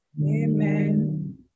amen